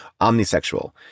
omnisexual